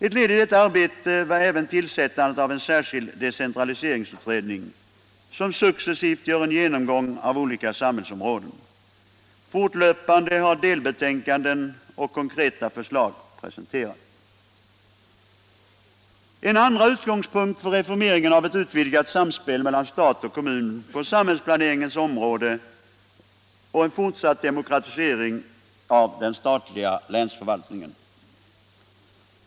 Ett led i detta arbete var tillsättandet av en särskild decentraliseringsutredning som successivt gör en genomgång av olika samhällsområden. Fortlöpande har delbetänkanden och konkreta förslag presenterats. En andra utgångspunkt för reformeringen är ett utvidgat samspel mellan stat och kommun på samhällsplaneringens område och en fortsatt demokratisering av den statliga länsförvaltningen.